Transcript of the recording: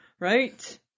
Right